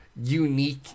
unique